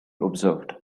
observed